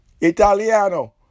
Italiano